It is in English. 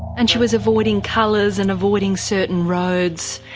and she was avoiding colours and avoiding certain roads?